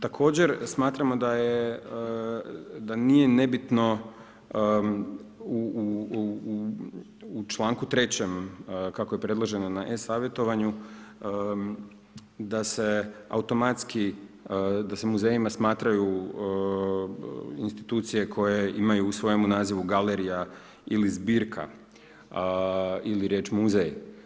Također, smatramo da nije nebitno u članku 3. kako je predloženo na e-savjetovanju da se automatski, da se muzejima smatraju institucije koje imaju u svojemu nazivu galerija ili zbirka ili riječ muzej.